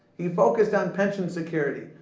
he focused on pension security.